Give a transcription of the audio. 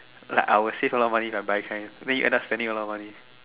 like I will save a lot of money if I buy kind when you end up spending a lot of money